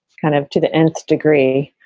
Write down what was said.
kind of to the and degree.